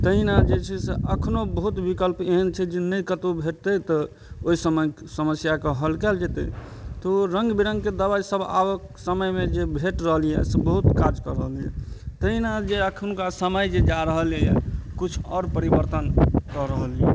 तहिना जे छै से एखनो बहुत विकल्प एहन छै जे नहि कतहु भेटतइ तऽ ओइ समय समस्याके हल कयल जेतइ तऽ ओ रङ्ग बिरङ्गके दबाइ सब आब समयमे जे भेट रहल यऽ से बहुत काज कऽ रहलइए तहिना जे एखुनका समय जे जा रहलइए किछु आओर परिवर्तन कऽ रहल यऽ